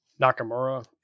Nakamura